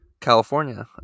California